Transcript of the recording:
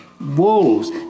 wolves